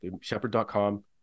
shepherd.com